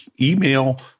email